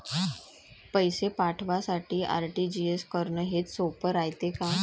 पैसे पाठवासाठी आर.टी.जी.एस करन हेच सोप रायते का?